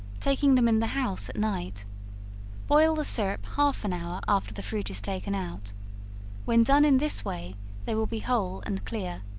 taking them in the house at night boil the syrup half an hour after the fruit is taken out when done in this way they will be whole and clear.